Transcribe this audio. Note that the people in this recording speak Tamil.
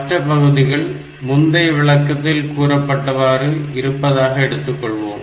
மற்ற பகுதிகள் முந்தைய விளக்கத்தில் கூறப்பட்டவாறு இருப்பதாக எடுத்துக்கொள்வோம்